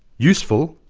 useful,